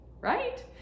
right